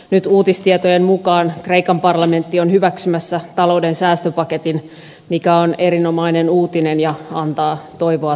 nyt uutistietojen mukaan kreikan parlamentti on hyväksymässä talouden säästöpaketin mikä on erinomainen uutinen ja antaa toivoa tulevaisuuteen